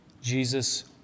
Jesus